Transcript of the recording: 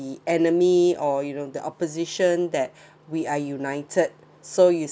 the enemy or you know the opposition that we are united so you